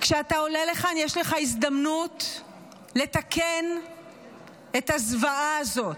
כשאתה עולה לכאן יש לך הזדמנות לתקן את הזוועה הזאת,